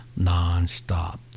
nonstop